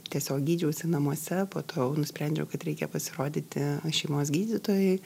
tiesiog gydžiausi namuose po to jau nusprendžiau kad reikia pasirodyti šeimos gydytojai